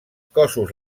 cossos